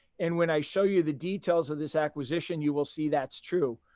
and when i show you the details of this acquisition, you will see that's true.